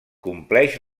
compleix